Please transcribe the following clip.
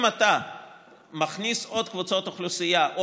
אם אתה מכניס עוד קבוצות אוכלוסייה או